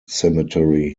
cemetery